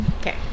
Okay